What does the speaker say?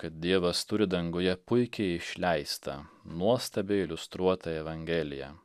kad dievas turi danguje puikiai išleistą nuostabiai iliustruotą evangeliją